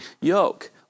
yoke